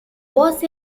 was